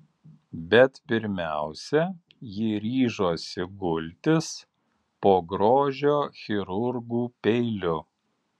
bet pirmiausia ji ryžosi gultis po grožio chirurgų peiliu